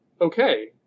okay